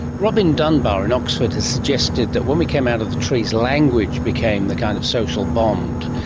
robin dunbar in oxford has suggested that when we came out of the trees, language became the kind of social bond,